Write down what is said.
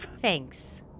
Thanks